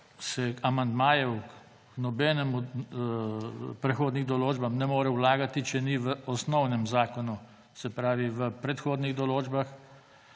se amandmajev k prehodnim določbam ne more vlagati, če ni v osnovnem zakonu, se pravi v predhodnih določbah,